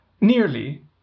Nearly